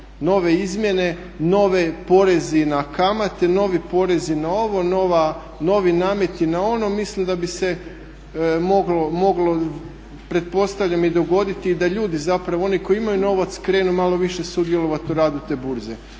nove izmjene, novi porezi na kamate, novi porezi na ovo, novi nameti na ono. Mislim da bi se moglo pretpostavljam i dogoditi da ljudi zapravo oni koji imaju novac krenu malo više sudjelovati u radu te burze.